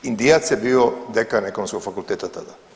Indijac je bio dekan Ekonomskog fakulteta tada.